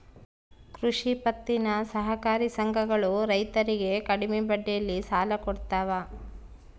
ಕೃಷಿ ಪತ್ತಿನ ಸಹಕಾರಿ ಸಂಘಗಳು ರೈತರಿಗೆ ಕಡಿಮೆ ಬಡ್ಡಿಯಲ್ಲಿ ಸಾಲ ಕೊಡ್ತಾವ